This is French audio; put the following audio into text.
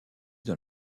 dans